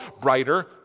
brighter